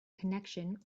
connection